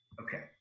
Okay